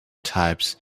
types